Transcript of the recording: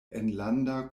enlanda